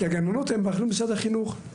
כי הגננות הן באחריות משרד החינוך,